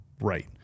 right